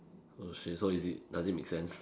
oh shit so is it does it make sense